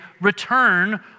return